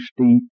steep